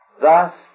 Thus